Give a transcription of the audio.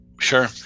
Sure